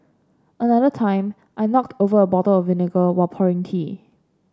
another time I knocked over a bottle of vinegar while pouring tea